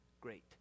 Great